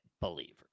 believer